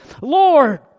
Lord